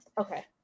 Okay